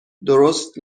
درست